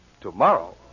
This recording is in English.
tomorrow